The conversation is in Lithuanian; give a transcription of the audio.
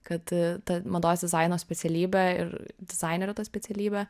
kad ta mados dizaino specialybė ir dizainerio ta specialybė